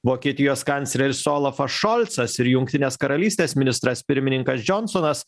vokietijos kancleris olafas šolcas ir jungtinės karalystės ministras pirmininkas džonsonas